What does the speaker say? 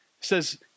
says